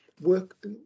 work